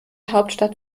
hauptstadt